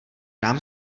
nám